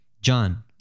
john